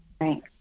Right